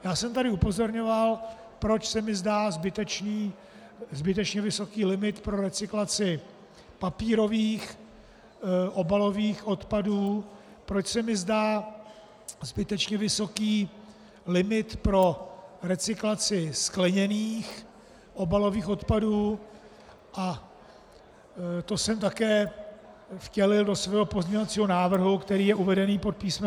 Já jsem tady upozorňoval, proč se mi zdá zbytečně vysoký limit pro recyklaci papírových obalových odpadů, proč se mi zdá zbytečně vysoký limit pro recyklaci skleněných obalových odpadů, a to jsem také vtělil do svého pozměňovacího návrhu, který je uvedený pod písm.